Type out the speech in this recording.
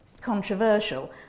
controversial